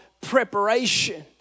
Preparation